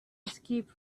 escape